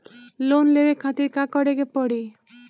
Loan लेवे खातिर का करे के पड़ी?